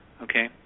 Okay